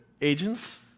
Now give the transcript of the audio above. agents